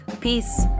peace